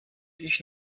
ich